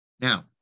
Now